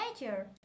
major